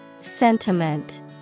Sentiment